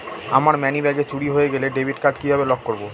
আমার মানিব্যাগ চুরি হয়ে গেলে ডেবিট কার্ড কিভাবে লক করব?